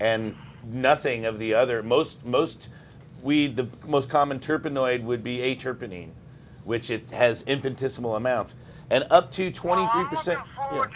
and nothing of the other most most weed the most common term annoyed would be a turban in which it has been to small amounts and up to twenty